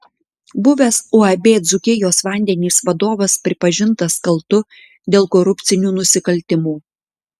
buvęs uab dzūkijos vandenys vadovas pripažintas kaltu dėl korupcinių nusikaltimų